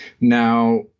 Now